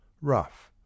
rough